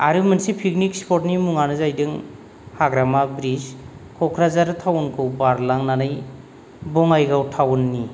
आरो मोनसे picnic spot नि मुङानो जाहैदों हाग्रामा ब्रिस कक्राझार थावन खौ बारलांनानै बङाइगाव थावननि